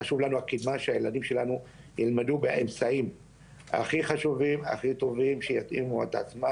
אני חושב שהנושא הוא נושא חשוב מאוד לעדה